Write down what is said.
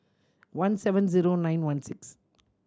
one seven zero nine one six